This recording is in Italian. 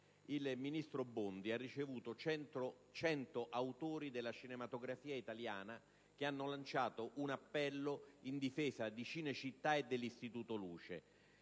il ministro Bondi ha ricevuto 100 autori della cinematografia italiana che hanno lanciato un appello in difesa di Cinecittà e dell'Istituto Luce.